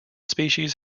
species